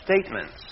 statements